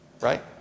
Right